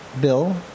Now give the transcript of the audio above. bill